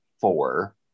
four